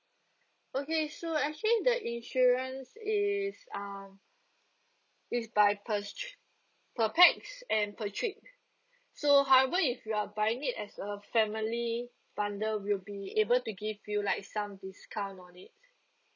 okay sure actually the insurance is um it's by per s~ per pax and per trip so however if you're buying it as a family bundle we'll be able to give you like some discount on it